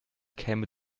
käme